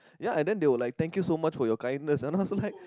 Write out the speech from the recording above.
ya and then they were like thank you so much for your kindness and I was like